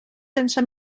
sense